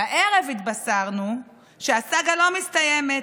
והערב התבשרנו שהסאגה לא מסתיימת.